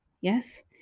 Yes